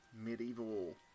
medieval